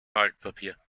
altpapier